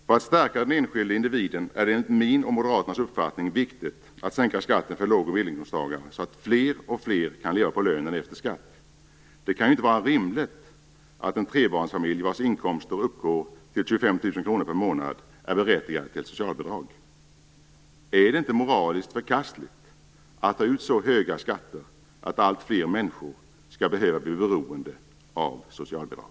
För att stärka den enskilde individen är det enligt min och Moderaternas uppfattning viktigt att sänka skatten för låg och medelinkomsttagarna, så att alltfler kan leva på lönen efter skatt. Det kan ju inte vara rimligt att en trebarnsfamilj, vars inkomster uppgår till 25 000 kronor per månad, är berättigad till socialbidrag. Är det inte moraliskt förkastligt att ta ut så höga skatter att alltfler människor skall behöva bli beroende av socialbidrag?